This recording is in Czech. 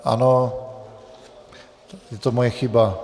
Ano, je to moje chyba.